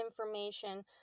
information